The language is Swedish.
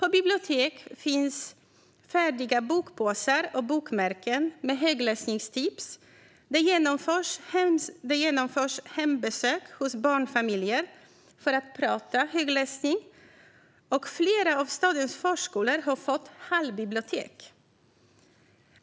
På bibliotek finns färdiga bokpåsar och bokmärken med högläsningstips. Man genomför hembesök hos barnfamiljer för att prata högläsning, och flera av stadens förskolor har fått hallbibliotek.